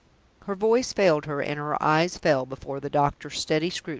her voice failed her, and her eyes fell before the doctor's steady scrutiny.